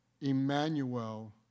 Emmanuel